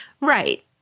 Right